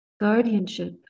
guardianship